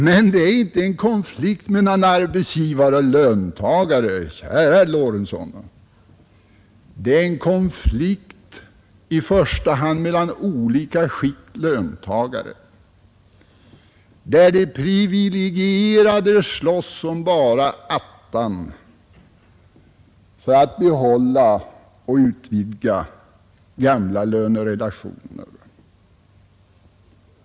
Men det är inte en konflikt mellan arbetsgivare och löntagare, käre herr Lorentzon. Det är en konflikt i första hand mellan olika skikt av löntagare, där de privilegerade slåss som bara attan för att behålla och utvidga gamla lönerelationer.